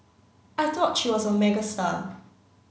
I thought she was a megastar